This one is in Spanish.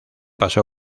pasó